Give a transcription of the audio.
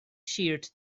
sheared